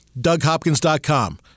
DougHopkins.com